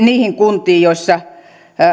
niihin kuntiin joissa